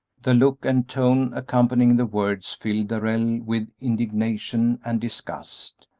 the look and tone accompanying the words filled darrell with indignation and disgust.